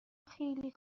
خیلی